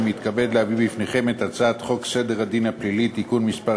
אני מתכבד להביא בפניכם את הצעת חוק סדר הדין הפלילי (תיקון מס'